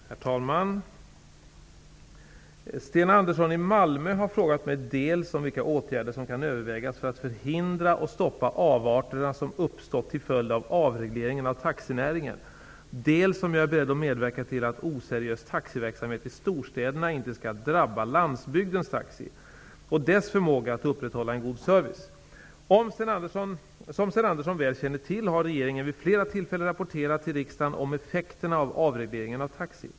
Herr talman! Sten Andersson i Malmö har frågat mig dels om vilka åtgärder som kan övervägas för att förhindra och stoppa avarterna som uppstått till följd av avregleringen av taxinäringen, dels om jag är beredd att medverka till att oseriös taxiverksamhet i storstäderna inte skall ''drabba'' landsbygdens taxi och dess förmåga att upprätthålla en god service. Som Sten Andersson väl känner till, har regeringen vid flera tillfällen rapporterat till riksdagen om effekterna av avregleringen av taxi.